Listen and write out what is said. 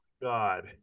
God